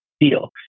deal